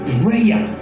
prayer